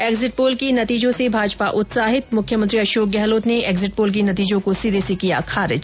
exit poll के नतीजों से भाजपा उत्साहित मुख्यमंत्री अशोक गहलोत ने एग्जिट पोल के नतीजों को सिरे से किया खारिज